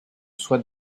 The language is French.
soit